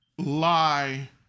lie